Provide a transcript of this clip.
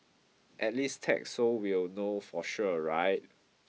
at least tag so we'll know for sure right